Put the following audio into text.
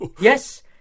Yes